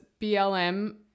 BLM